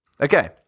Okay